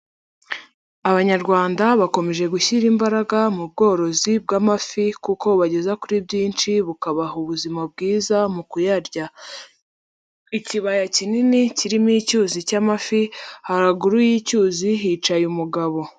Abanyarwanda bakomeje gushyira imbaraga mu bworozi bw'amafi kuko bubageza kuri byinshi bukabaha ubuzima bwiza mu kuyarya. Ikibaya kinini kirimo icyuzi cy'amafi, haraguru y'icyuzi hicaye umugabo.